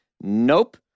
Nope